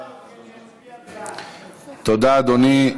תודה, אדוני.